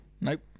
Nope